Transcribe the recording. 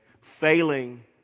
Failing